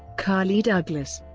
carl e. douglas,